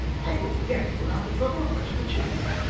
i will get him without the trouble of much of a chase,